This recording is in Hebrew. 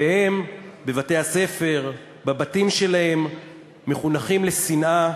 והם, בבתי-הספר, בבתים שלהם, מחונכים לשנאה,